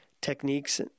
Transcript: techniques